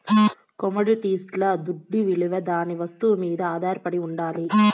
కమొడిటీస్ల దుడ్డవిలువ దాని వస్తువు మీద ఆధారపడి ఉండాలి